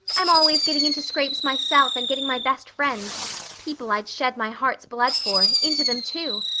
i'm always getting into scrapes myself and getting my best friends people i'd shed my heart's blood for into them too.